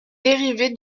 dérivé